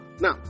now